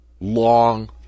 Long